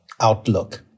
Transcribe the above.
outlook